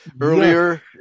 earlier